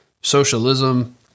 socialism